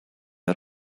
are